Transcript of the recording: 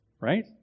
Right